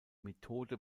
methode